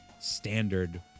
standard